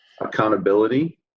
accountability